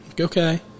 okay